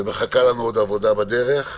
ומחכה לנו עוד עבודה בדרך,